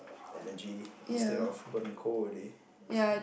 energy instead of burning coal old day